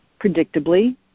predictably